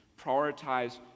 prioritize